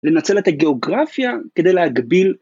לנצל את הגיאוגרפיה כדי להגביל